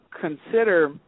consider